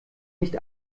nicht